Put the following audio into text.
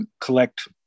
collect